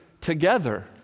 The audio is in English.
together